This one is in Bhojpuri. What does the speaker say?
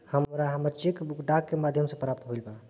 हमरा हमर चेक बुक डाक के माध्यम से प्राप्त भईल बा